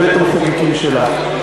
בבית-המחוקקים שלה.